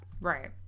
Right